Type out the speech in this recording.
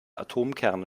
atomkerne